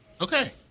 Okay